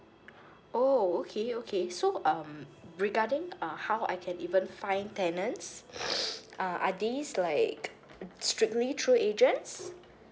oh okay okay so um regarding uh how I can even find tenants uh are these like strictly through agents